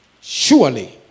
Surely